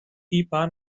είπα